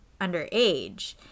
underage